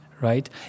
right